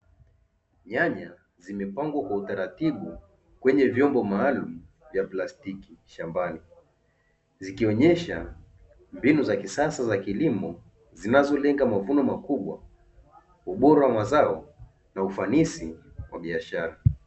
Nyanya zimepangwa kwa utaratibu kwenye vyombo maalumu vya plastiki shambani, zikionesha mbinu za kisasa za kilimo zinazolenga mavuno makubwa, ubora wa mazao na ufanisi wa biashara.